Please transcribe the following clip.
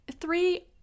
Three